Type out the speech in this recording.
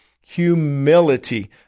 Humility